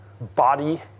body